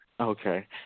Okay